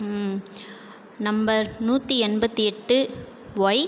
number நூற்றி எண்பத்தியெட்டு Y